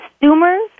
consumers